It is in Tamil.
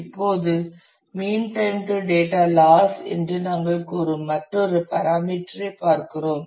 இப்போது mean time to data loss mean time to data loss என்று நாங்கள் கூறும் மற்றொரு பராமீட்டர் ஐ பார்க்கிறோம்